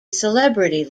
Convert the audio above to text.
celebrity